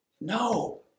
No